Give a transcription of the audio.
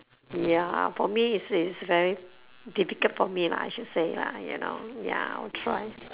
ya for me this is very difficult for me lah I should say lah you know ya I'll try